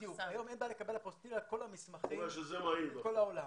היום אין בעיה לקבל אפוסטיל על כל המסמכים בכל העולם.